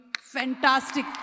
fantastic